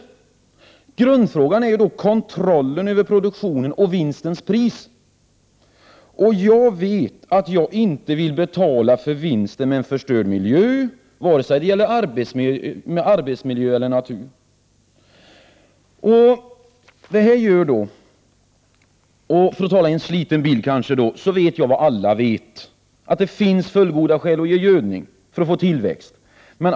Grundfrågan är i stället kontrollen över produktionen och vinstens pris. Jag vet att jag inte vill betala för vinsten med en förstörd miljö, vare sig det gäller arbetsmiljö eller natur. Jag vet vad alla vet. Det kan illustreras med en sliten bild. Det finns fullgoda skäl att ge gödning för att få tillväxt.